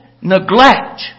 neglect